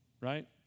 right